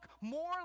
more